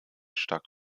stark